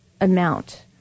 amount